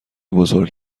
بزرگ